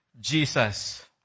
Jesus